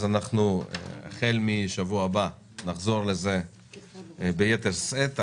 החל משבוע הבא נחזור לזה ביתר שאת.